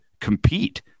compete